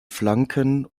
flanken